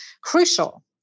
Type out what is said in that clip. Crucial